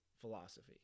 philosophy